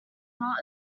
not